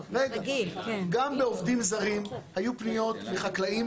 גם בעובדים זרים היו פניות לחקלאים.